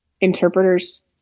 interpreters